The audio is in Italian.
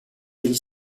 degli